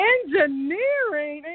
Engineering